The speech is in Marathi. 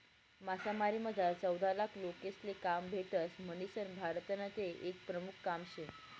मासामारीमझार चौदालाख लोकेसले काम भेटस म्हणीसन भारतनं ते एक प्रमुख काम शे